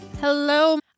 Hello